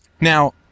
Now